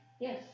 Yes